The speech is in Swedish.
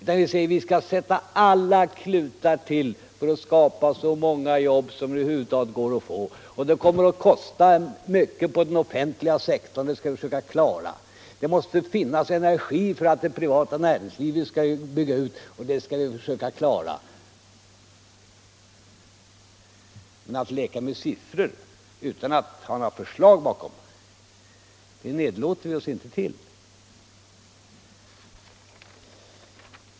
Vi säger att vi skall sätta till alla klutar för att skapa så många jobb som det över huvud taget går att få. Det kommer att kosta mycket på den offentliga sektorn, men det skall vi försöka klara. Det måste finnas energi för att det privata näringslivet skall kunna bygga ut, och det skall vi försöka klara. Men att leka med siffror utan att ha några förslag bakom, det nedlåter vi oss inte till.